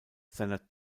seiner